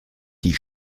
die